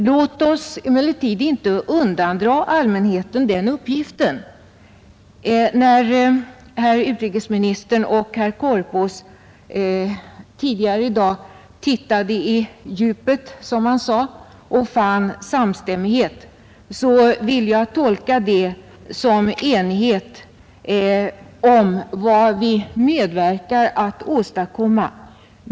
Låt oss emellertid inte undandra allmänheten den uppgiften! När herr utrikesministern och herr Korpås tidigare i dag tittade i djupet, som man sade, och fann samstämmighet, vill jag tolka det som enighet om vad vi medverkar till att åstadkomma.